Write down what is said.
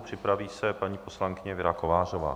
Připraví se paní poslankyně Věra Kovářová.